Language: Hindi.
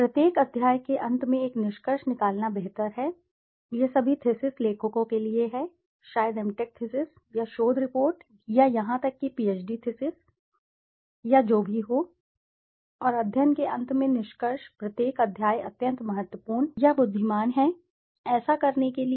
प्रत्येक अध्याय के अंत में एक निष्कर्ष निकालना बेहतर है यह सभी थीसिस लेखकों के लिए है शायद एम टेक थीसिस या शोध रिपोर्ट या यहां तक कि पीएचडी थीसिस या जो भी हो और अध्ययन के अंत में निष्कर्ष प्रत्येक अध्याय अत्यंत महत्वपूर्ण या बुद्धिमान है ऐसा करने के लिए